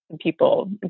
people